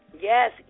yes